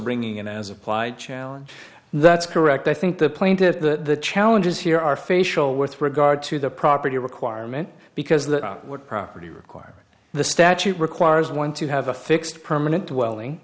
bringing in as applied challenge that's correct i think the point that the challenges here are facial with regard to the property requirement because that would property require the statute requires one to have a fixed permanent welling